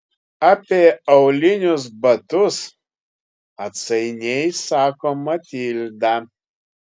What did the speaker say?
apie aulinius batus atsainiai sako matilda